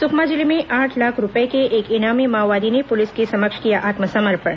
सुकमा जिले में आठ लाख रूपये के एक इनामी माओवादी ने पुलिस के समक्ष किया आत्मसमर्पण